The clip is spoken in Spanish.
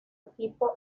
equipo